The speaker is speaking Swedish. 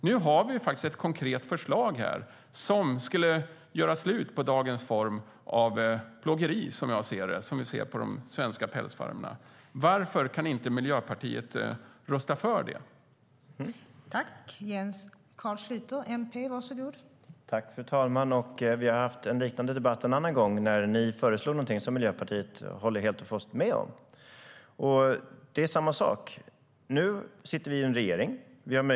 Nu finns ett konkret förslag som skulle göra slut på dagens form av plågeri på de svenska pälsfarmerna. Varför kan inte Miljöpartiet rösta för förslaget?